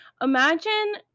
imagine